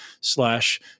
slash